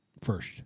first